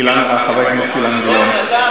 אילן, חבר הכנסת אילן גילאון.